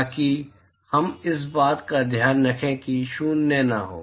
ताकि हम इस बात का ध्यान रखें कि यह शून्य न हो